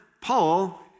Paul